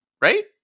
Right